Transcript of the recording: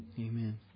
Amen